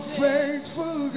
faithful